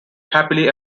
happily